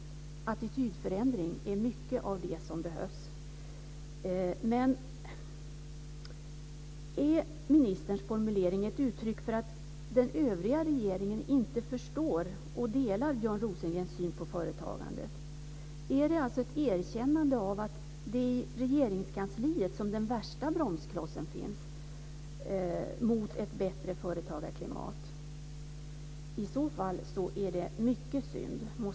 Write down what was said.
Javisst behövs det en attitydförändring. Men är ministerns formulering ett uttryck för att den övriga regeringen inte förstår och inte delar Björn Rosengrens syn på företagande? Är det ett erkännande av att det är i Regeringskansliet som den värsta bromsklossen finns för ett bättre företagarklimat? I så fall är det mycket synd.